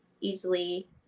easily